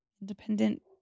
independent